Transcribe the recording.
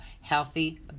healthy